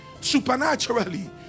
supernaturally